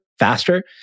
Faster